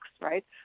right